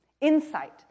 insight